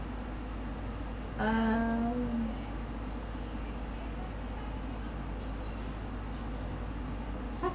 um